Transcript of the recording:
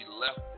left